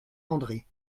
andré